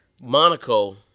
Monaco